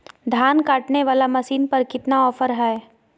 धान काटने वाला मसीन पर कितना ऑफर हाय?